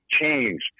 change